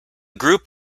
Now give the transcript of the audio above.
group